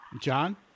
John